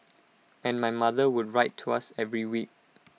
and my mother would write to us every week